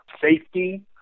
safety